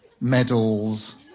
medals